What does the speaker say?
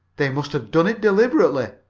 they must have done it deliberately,